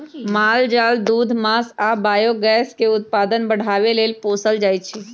माल जाल दूध मास आ बायोगैस के उत्पादन बढ़ाबे लेल पोसल जाइ छै